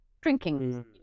drinking